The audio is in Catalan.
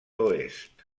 oest